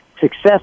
success